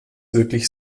wirklich